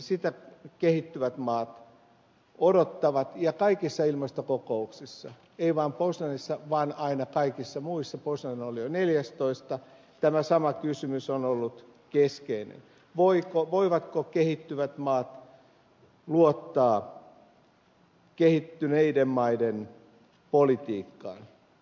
sitä kehittyvät maat odottavat ja kaikissa ilmastokokouksissa ei vain poznanissa vaan aina kaikissa muissakin poznan oli jo neljästoista sama kysymys on ollut keskeinen voivatko kehittyvät maat luottaa kehittyneiden maiden politiikkaan